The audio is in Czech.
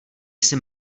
jsi